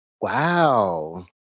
Wow